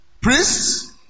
priests